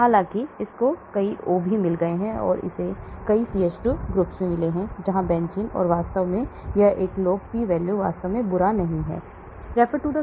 हालाँकि इसको कई O मिल गए हैं लेकिन इसे कई CH2 समूह भी मिले हैं यहाँ बेंजीन है और वास्तव में यह एक log P value वास्तव में बुरा नहीं है